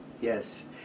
Yes